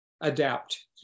adapt